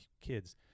kids